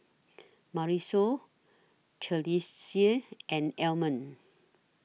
Marisol and Almond